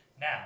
now